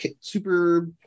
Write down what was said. super